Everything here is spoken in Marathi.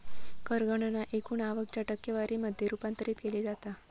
कर गणना एकूण आवक च्या टक्केवारी मध्ये रूपांतरित केली जाता